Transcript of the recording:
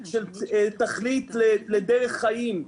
של תכלית לדרך חיים,